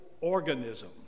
organism